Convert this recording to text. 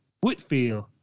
Whitfield